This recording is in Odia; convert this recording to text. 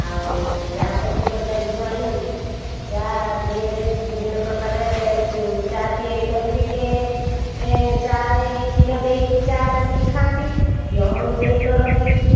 ଆଉ ଚା'ପତି ବଜାରରୁ ଆଣି ଚା'ଦିହରେ ବିଭିନ୍ନ ପ୍ରକାର ଚା' ତିଆରି କରନ୍ତି କିଏ ଚା'ରେ କ୍ଷୀର ଦେଇକି ଚା କରିକି ଖାଆନ୍ତି କିଏ ଅମୁଲ ଦେଇକି କରନ୍ତି